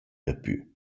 daplü